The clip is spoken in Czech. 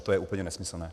To je úplně nesmyslné.